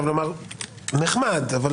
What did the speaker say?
זה נחמד אבל